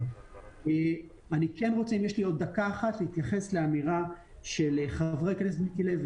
אני כן רוצה להתייחס לאמירה של חבר הכנסת מיקי לוי.